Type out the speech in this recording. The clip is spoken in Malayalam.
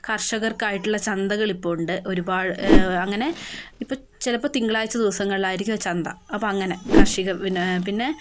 കർഷകർക്കായിട്ടുള്ള ചന്തകൾ ഇപ്പോൾ ഉണ്ട് ഒരുപാട് അങ്ങനെ ഇപ്പോൾ ചിലപ്പോൾ തിങ്കളാഴ്ച ദിവസങ്ങളിലായിരിക്കും ചന്ത അപ്പോൾ അങ്ങനെ കാർഷിക പിന്നെ പിന്നെ